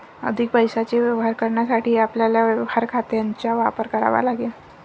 अधिक पैशाचे व्यवहार करण्यासाठी आपल्याला व्यवहार खात्यांचा वापर करावा लागेल